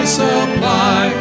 supply